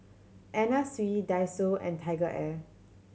Anna Sui Daiso and TigerAir